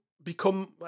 become